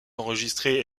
enregistré